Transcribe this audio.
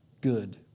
good